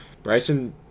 bryson